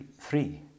Three